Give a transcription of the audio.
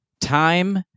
time